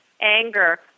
anger